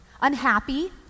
unhappy